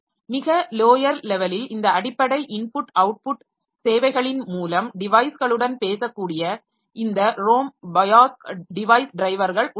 மிக லோயர் லெவலில் இந்த அடிப்படை இன்புட் அவுட்புட் சேவைகளின் மூலம் டிவைஸ்களுடன் பேசக்கூடிய இந்த ROM bios டிவைஸ் டிரைவர்கள் உள்ளன